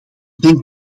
denkt